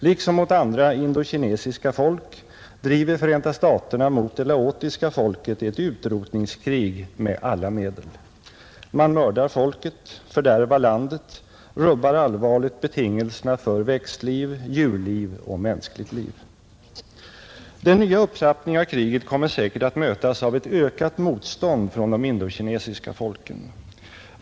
Liksom mot andra indokinesiska folk driver Förenta staterna mot det laotiska folket ett utrotningskrig med alla medel. Man mördar folket, fördärvar landet, rubbar allvarligt betingelserna för växtliv, djurliv och mänskligt liv. Den nya upptrappningen av kriget kommer säkert att mötas av ett ökat motstånd från de indokinesiska folken.